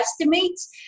estimates